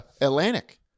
Atlantic